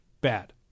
bad